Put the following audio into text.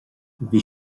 bhí